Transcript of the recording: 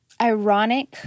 ironic